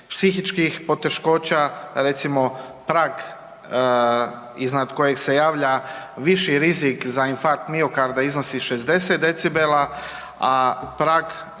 psihičkih poteškoća, recimo, prag iznad kojeg se javlja viši rizik za infarkt miokarda iznosi 60 decibela, a prag